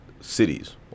cities